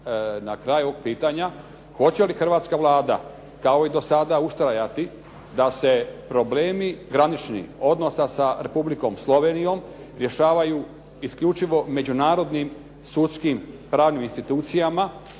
na kraju pitanja hoće li hrvatska Vlada, kao i do sada, ustrajati da se problemi graničnih odnosa sa Republikom Slovenijom rješavaju isključivo međunarodnim sudskim pravnim institucijama,